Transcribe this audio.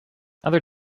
other